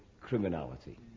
criminality